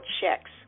checks